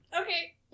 Okay